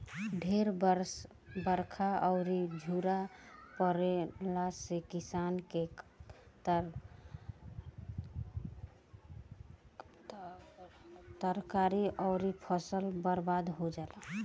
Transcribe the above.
ढेर बरखा अउरी झुरा पड़ला से किसान के तरकारी अउरी फसल बर्बाद हो जाला